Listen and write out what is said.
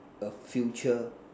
a future